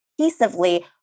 cohesively